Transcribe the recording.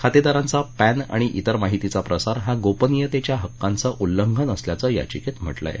खातेदारांचा PAN आणि त्रिर माहितीचा प्रसार हा गोपनीयतेच्या हक्कांचं उल्लंघन असल्याचं याचिकेत म्हटलं आहे